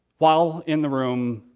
while in the room,